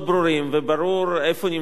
וברור איפה נמצא הרוב,